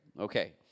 Okay